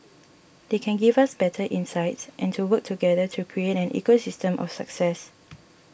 they can give us better insights and to work together to create an ecosystem of success